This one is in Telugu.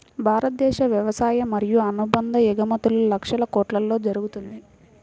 భారతదేశ వ్యవసాయ మరియు అనుబంధ ఎగుమతులు లక్షల కొట్లలో జరుగుతుంది